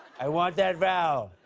i want that vowel.